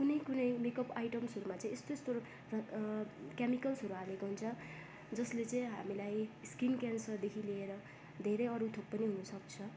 कुनै कुनै मेकअप आइटम्सहरूमा चाहिँ यस्तो यस्तो केमिकल्सहरू हालेको हुन्छ जसले चाहिँ हामीलाई स्किन क्यान्सरदेखि लिएर धेरै अरू थोक पनि हुनसक्छ